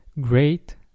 great